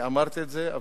אמרתי את זה,